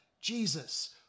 Jesus